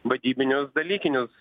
vadybinius dalykinius